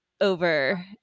over